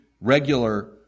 regular